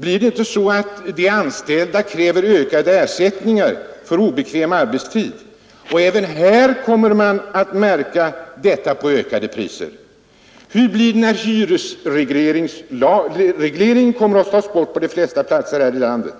Kommer inte de anställda då att kräva ökade ersättningar för obekväm arbetstid, och kommer man inte också i det fallet att märka det på höjda priser? Eller hur blir det när hyresregleringen tas bort på de flesta platser i landet?